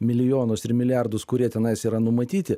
milijonus ir milijardus kurie tenais yra numatyti